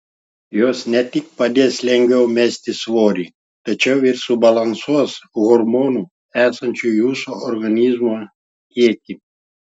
jos ne tik padės lengviau mesti svorį tačiau ir subalansuos hormonų esančių jūsų organizme kiekį